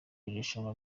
irushanwa